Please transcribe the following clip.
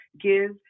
give